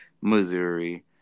Missouri